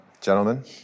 Gentlemen